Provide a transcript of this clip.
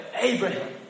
Abraham